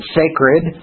sacred